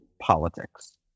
politics